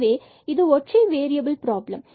எனவே இது ஒற்றை வேறியபில் ப்ராப்ளம்